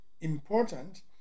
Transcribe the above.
important